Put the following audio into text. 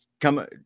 come